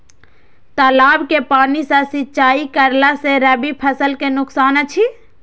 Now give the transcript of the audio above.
तालाब के पानी सँ सिंचाई करला स रबि फसल के नुकसान अछि?